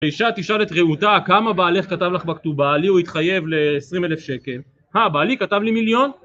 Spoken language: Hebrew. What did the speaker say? אישה תשאל את רעותה, כמה בעלך כתב לך בכתובה? לי הוא התחייב ל-20,000 שקל. אה, בעלי כתב לי מיליון.